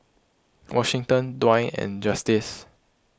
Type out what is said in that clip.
Washington Dwight and Justice